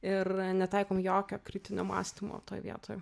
ir netaikom jokio kritinio mąstymo toj vietoj